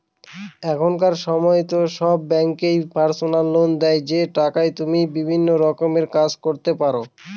এখনকার সময়তো সব ব্যাঙ্কই পার্সোনাল লোন দেয় যে টাকায় তুমি বিভিন্ন রকমের কাজ করতে পারো